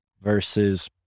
versus